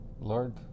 Lord